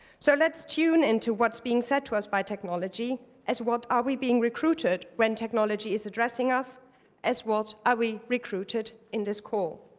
so let's tune into what's being said to us by technology as what are we being recruited when technology is addressing us as what are we recruited in this call.